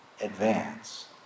advance